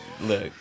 look